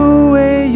away